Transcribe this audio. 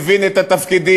מבין את התפקידים,